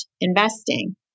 investing